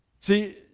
See